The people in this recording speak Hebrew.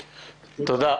תודה,